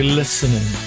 listening